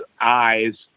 eyes